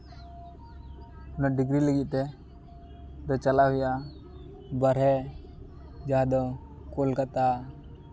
ᱚᱱᱟ ᱰᱤᱜᱽᱨᱤ ᱞᱟᱹᱜᱤᱫ ᱛᱮ ᱪᱟᱞᱟᱜ ᱦᱩᱭᱩᱜᱼᱟ ᱵᱟᱨᱦᱮ ᱡᱟᱦᱟᱸ ᱫᱚ ᱠᱳᱞᱠᱟᱛᱟ